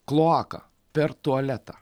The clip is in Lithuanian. kloaka per tualetą